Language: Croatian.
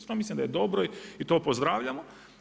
Što mislim da je dobro i to pozdravljamo.